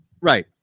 Right